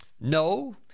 no